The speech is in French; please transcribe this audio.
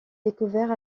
découvert